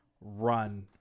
run